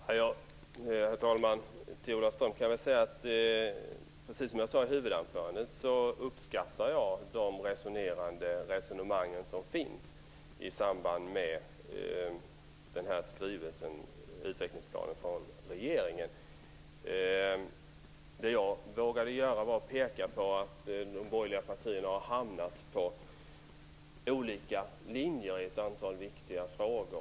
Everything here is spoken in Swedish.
Herr talman! Ola Ström! Precis som jag sade i huvudanförandet uppskattar jag de resonerande resonemang som finns i samband med skrivelsen och utvecklingsplanen från regeringen. Vad jag vågade göra var att peka på att de borgerliga partierna har hamnat på olika linjer i ett antal viktiga frågor.